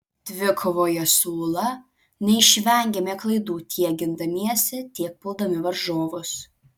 dvikovoje su ūla neišvengėme klaidų tiek gindamiesi tiek puldami varžovus